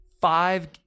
Five